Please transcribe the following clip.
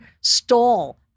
stall